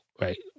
right